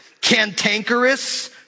cantankerous